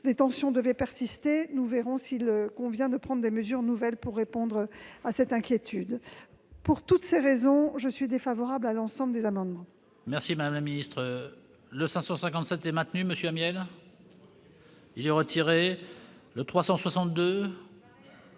les tensions devaient persister, nous verrons s'il convient de prendre des mesures nouvelles pour répondre aux inquiétudes. Le Gouvernement est par conséquent défavorable à l'ensemble des amendements.